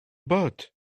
bottes